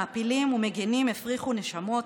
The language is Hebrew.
מעפילים ומגינים הפריחו נשמות,